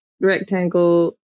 rectangle